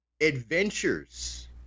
adventures